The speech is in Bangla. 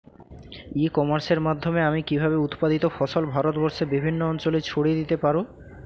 ই কমার্সের মাধ্যমে আমি কিভাবে উৎপাদিত ফসল ভারতবর্ষে বিভিন্ন অঞ্চলে ছড়িয়ে দিতে পারো?